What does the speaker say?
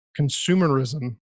consumerism